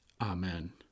Amen